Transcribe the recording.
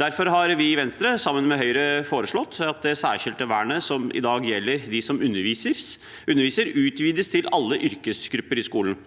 Derfor har vi i Venstre, sammen med Høyre, foreslått at det særskilte vernet som i dag gjelder dem som underviser, utvides til alle yrkesgrupper i skolen.